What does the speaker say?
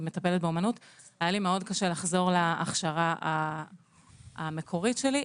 באומנות והיה לי מאוד קשה לחזור להכשרה המקורית שלי.